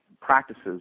practices